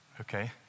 okay